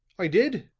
i did.